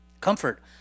Comfort